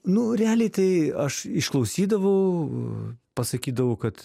nu realiai tai aš išklausydavau pasakydavau kad